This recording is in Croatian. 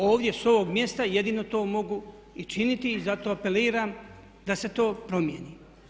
Ovdje s ovog mjesta jedino to mogu i činiti i zato apeliram da se to promijeni.